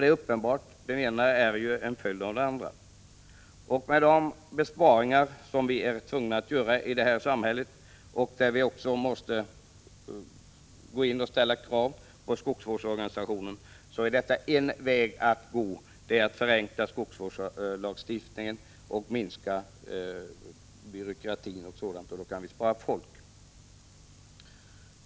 Det är uppenbart att det ena är en följd av det andra. Vi är också tvungna att allmänt göra besparingar i samhället, och då måste vi ställa krav även på skogsvårdsorganisationen. Då är en väg att gå att förenkla skogsvårdslagstiftningen och minska byråkratin. Då kan vi också spara in på personalkostnader.